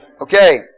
Okay